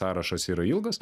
sąrašas yra ilgas